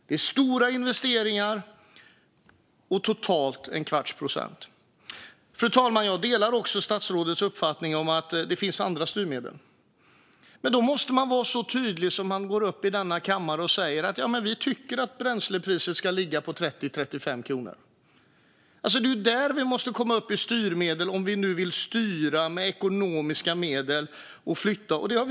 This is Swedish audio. Det är stora investeringar och totalt en kvarts procent. Fru talman! Jag delar också statsrådets uppfattning att det finns andra styrmedel. Men då måste man vara tydlig och gå upp i denna kammare och säga att man tycker att bränslepriset ska ligga på 30-35 kronor. Det är ju dit vi måste om vi med ekonomiska medel vill styra och flytta transporter.